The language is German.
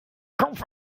kopf